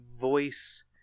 voice